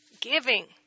Giving